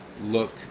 look